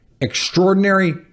extraordinary